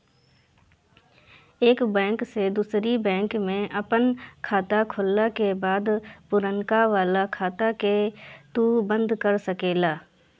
एक बैंक से दूसरी बैंक में आपन खाता खोलला के बाद पुरनका वाला खाता के तू बंद कर सकेला